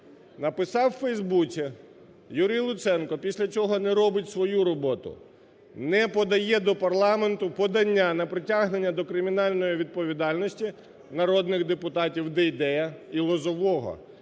Написав в "Фейсбуці", Юрій Луценко після цього не робить свою роботу. Не подає до парламенту подання на притягнення до кримінальної відповідальності народних депутатів Дейдея і Лозового,